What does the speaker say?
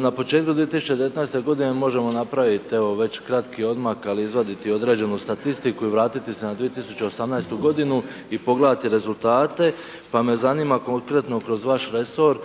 Na početku 2019. godine možemo napravit evo već kratki odmak, ali i izvadit određenu statistiku i vratiti se na 2018. godinu i pogledati rezultate, pa me zanima konkretno kroz vaš resor